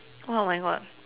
!wah! oh my god